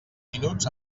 minuts